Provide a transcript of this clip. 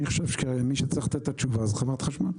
אני חושב שמי שיכול לתת תשובה זה חברת חשמל.